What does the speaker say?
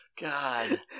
God